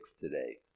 today